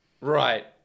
right